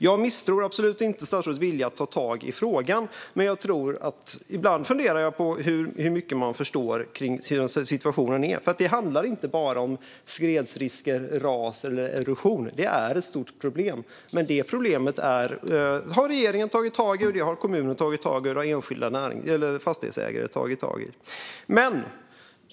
Jag misstror absolut inte statsrådets vilja att ta tag i frågan, men ibland funderar jag på hur mycket man förstår av hur situationen är. Det handlar inte bara om skredrisker, ras eller erosion. Det är ett stort problem, men det problemet har såväl regeringen som kommunen och enskilda fastighetsägare tagit tag i.